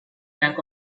bank